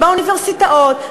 באוניברסיטאות,